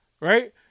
right